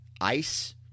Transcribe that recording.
ice